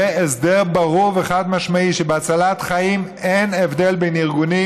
יהיה הסדר ברור וחד-משמעי שבהצלת חיים אין הבדל בין ארגונים,